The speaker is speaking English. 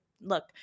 look